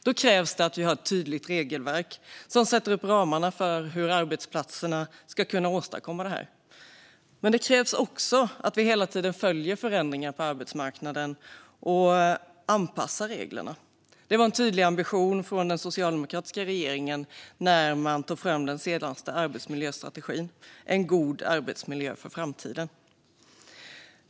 Då krävs ett tydligt regelverk som sätter upp ramarna för hur arbetsplatserna ska kunna åstadkomma detta, men det krävs också att man hela tiden följer förändringarna på arbetsmarknaden och anpassar reglerna. Det var en tydlig ambition från den socialdemokratiska regeringen när den senaste arbetsmiljöstrategin, En god arbetsmiljö för framtiden , togs fram.